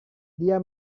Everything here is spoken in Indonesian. dia